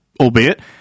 albeit